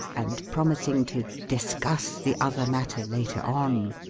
and promising to discuss the other matter later on,